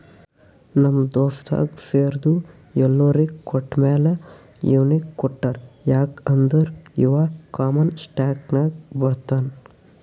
ನಮ್ ದೋಸ್ತಗ್ ಶೇರ್ದು ಎಲ್ಲೊರಿಗ್ ಕೊಟ್ಟಮ್ಯಾಲ ಇವ್ನಿಗ್ ಕೊಟ್ಟಾರ್ ಯಾಕ್ ಅಂದುರ್ ಇವಾ ಕಾಮನ್ ಸ್ಟಾಕ್ನಾಗ್ ಬರ್ತಾನ್